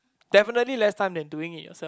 definitely less time than doing it yourself